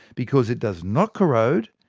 because it does not corrode,